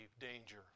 danger